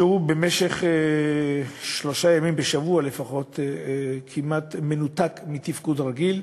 שבמשך שלושה ימים בשבוע לפחות הוא מנותק כמעט מתפקוד רגיל.